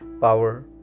power